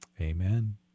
Amen